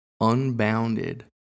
unbounded